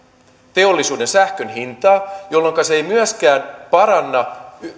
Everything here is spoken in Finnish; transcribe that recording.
teollisuuden sähkön hintaa jolloinka se ei myöskään paranna